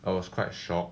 I was quite shocked